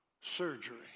surgery